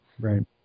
Right